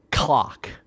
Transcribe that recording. clock